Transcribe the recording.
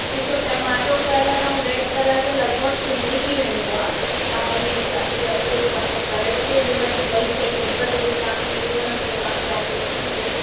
ॾिसो tomato colour ऐं red colour त लॻिभॻि सेम ई थी वेंदो आहे तव्हां उन खे अची करे ख़ुदि पसंदि करे वठो इहो न कि ॿई शयूं हिक जहिड़ियूं तव्हां खे मिली वञण पोइ तव्हां खे ऑब्जेक्शन थिए